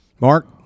Mark